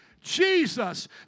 Jesus